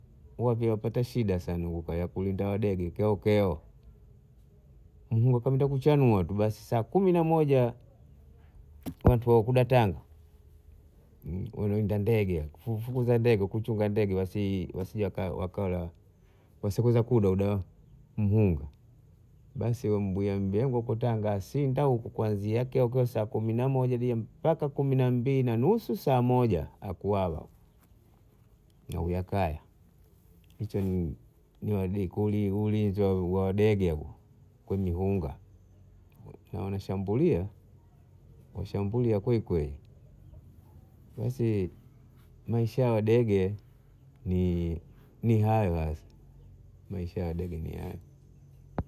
Wapya wapata shida sana kukaya kulinda wadege keo keo, kuenda kuchanua tu basi saa kumi na moja watu wahukudatanga wana wina ndege, kufukuza ndege kuchunga ndege wasi wasije waka wakala wasiokuda kuda mpung'a basi mbuya mbyenga huku tanga asinda huku kuanzia kyeko kyeko saa kumi na moja hadi mpaka saa kumi na mbili na nusu saa moja hakuwala na huya kaya hicho nini niwadiko ulinzi wa wadege kwenye mbung'a na wana shambulia washambulia kweli kweli, basi Maisha yao wadege ni hayo hasa, Maisha ya wadege ni hayo.